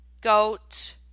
goat